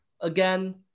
again